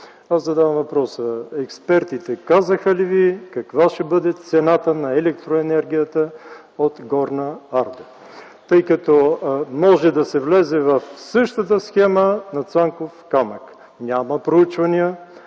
Аз задавам въпроса: експертите казаха ли Ви каква ще бъде цената на електроенергията от „Горна Арда”? Тъй като може да се влезе в същата схема на „Цанков камък”. Няма проучвания,